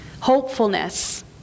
Hopefulness